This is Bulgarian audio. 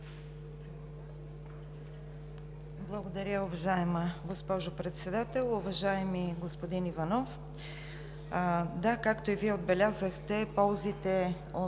Благодаря, уважаема госпожо Председател. Уважаеми господин Иванов, да, както и Вие отбелязахте, ползите от